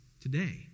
today